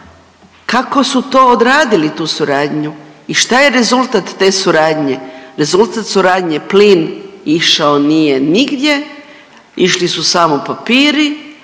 kako su to odradili tu suradnju i šta je rezultat te suradnje? Rezultat suradnje plin išao nije nigdje, išli su samo papiri,